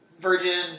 Virgin